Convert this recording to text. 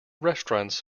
restaurants